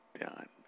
done